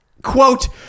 Quote